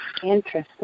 Interesting